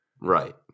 Right